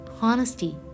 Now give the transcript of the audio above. Honesty